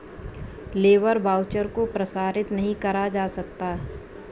labour voucher को प्रसारित नहीं करा जा सकता